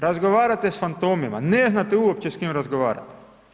Razgovarate s fantomima, ne znate uopće sa kime razgovarate.